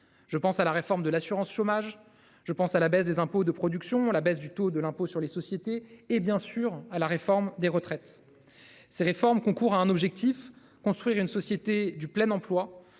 Je pense à la réforme de l'assurance chômage, je pense à la baisse des impôts de production, la baisse du taux de l'impôt sur les sociétés et bien sûr à la réforme des retraites. Ces réformes concours à un objectif, construire une société du plein emploi,